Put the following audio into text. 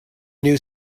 new